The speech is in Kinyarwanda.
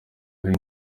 ari